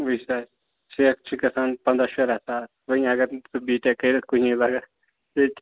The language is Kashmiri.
وُچھ سا سٮ۪کھ چھِ گژھان پنٛداہ شُراہ ساس وۅنۍ اگر نہٕ ژٕ بی ٹیک کٔرِتھ کُنی لَگَکھ ژےٚ